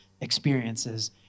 experiences